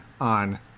on